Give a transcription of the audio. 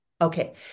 Okay